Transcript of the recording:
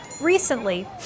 Recently